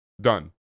done